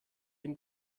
dem